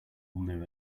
knew